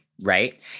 right